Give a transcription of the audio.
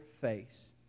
face